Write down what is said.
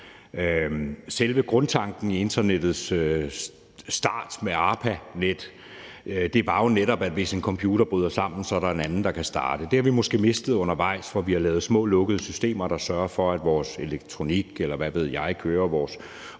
Selve grundtanken i internettets start med ARPANET var jo netop, at hvis en computer bryder sammen, er der en anden, der kan starte. Det har vi måske mistet undervejs, hvor vi har lavet små lukkede systemer, der sørger for, at vores elektronik, eller hvad ved jeg, kører vores